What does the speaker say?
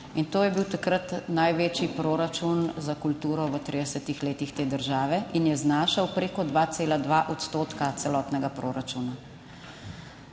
in to je bil takrat največji proračun za kulturo v 30 letih te države in je znašal preko 2,2 odstotka celotnega proračuna.